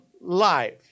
life